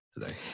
today